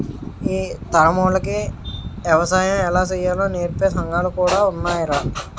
ఈ తరమోల్లకి ఎగసాయం ఎలా సెయ్యాలో నేర్పే సంగాలు కూడా ఉన్నాయ్రా